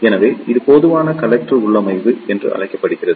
எனவே இது பொதுவான கலெக்டர் உள்ளமைவு என அழைக்கப்படுகிறது